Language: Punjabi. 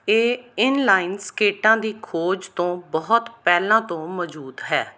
ਇਹ ਇਨਲਾਈਨ ਸਕੇਟਾਂ ਦੀ ਖੋਜ ਤੋਂ ਬਹੁਤ ਪਹਿਲਾਂ ਤੋਂ ਮੌਜੂਦ ਹੈ